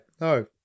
No